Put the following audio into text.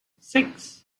six